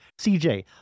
cj